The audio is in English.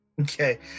Okay